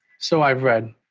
so i've read.